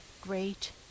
great